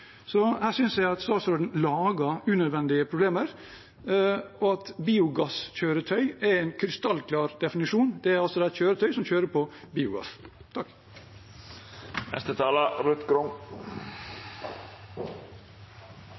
Så her synes jeg at statsråden lager unødvendige problemer, og at «biogasskjøretøy» har en krystallklar definisjon: Det er altså et kjøretøy som kjører på biogass.